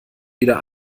wieder